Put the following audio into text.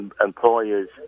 employers